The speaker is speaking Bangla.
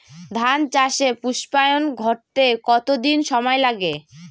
ধান চাষে পুস্পায়ন ঘটতে কতো দিন সময় লাগে?